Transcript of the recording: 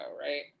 right